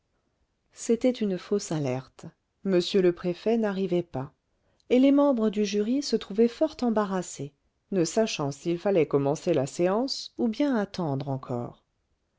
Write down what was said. c'était une fausse alerte m le préfet n'arrivait pas et les membres du jury se trouvaient fort embarrassés ne sachant s'il fallait commencer la séance ou bien attendre encore